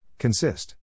Consist